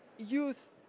Youth